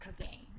cooking